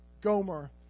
Gomer